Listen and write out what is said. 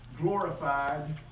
glorified